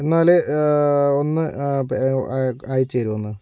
എന്നാല് ഒന്ന് പ്പൊ അയച്ചു തരുവൊ ഒന്ന്